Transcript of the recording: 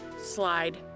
slide